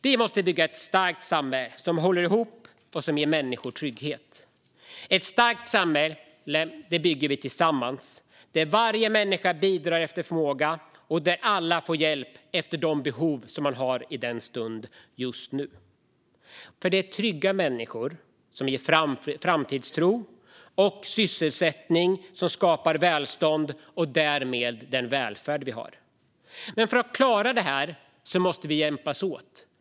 Vi måste bygga ett starkt samhälle som håller ihop och ger människor trygghet. Ett starkt samhälle bygger vi tillsammans. Här bidrar varje människa efter förmåga och får hjälp efter det behov hon har i stunden. Trygga människor med framtidstro och sysselsättning skapar välstånd och därmed välfärd. För att klara detta måste vi hjälpas åt.